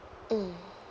mm